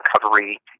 recovery